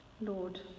Lord